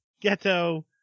Ghetto